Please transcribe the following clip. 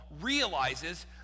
realizes